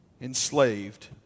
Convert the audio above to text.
enslaved